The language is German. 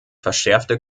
verschärfte